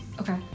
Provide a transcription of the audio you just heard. Okay